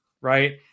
right